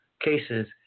cases